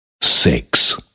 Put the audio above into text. six